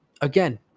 Again